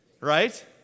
Right